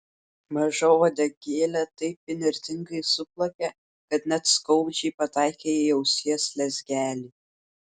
maža uodegėlė taip įnirtingai suplakė kad net skaudžiai pataikė į ausies lezgelį